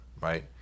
right